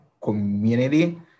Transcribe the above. community